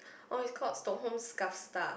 oh is called the home Kasta